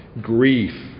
grief